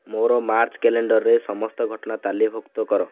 ମୋର ମାର୍ଚ୍ଚ କ୍ୟାଲେଣ୍ଡର୍ରେ ସମସ୍ତ ଘଟଣା ତାଲିକାଭୁକ୍ତ କର